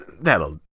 that'll